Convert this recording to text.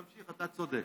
תמשיך, אתה צודק.